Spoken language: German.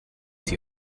sie